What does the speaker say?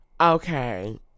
Okay